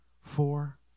four